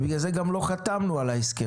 ובגלל זה גם לא חתמנו על ההסכם,